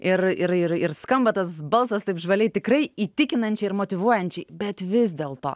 ir ir ir ir skamba tas balsas taip žvaliai tikrai įtikinančiai ir motyvuojančiai bet vis dėlto